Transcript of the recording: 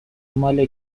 مال